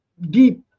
deep